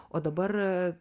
o dabar